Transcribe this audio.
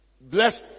Blessed